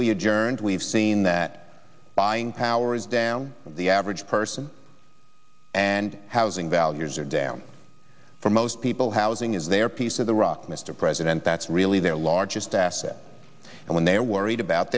we adjourned we've seen that buying power is down the average person and housing values are down for most people housing is their piece of the rock mr president that's really their largest asset and when they are worried about